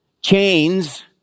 chains